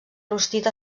rostit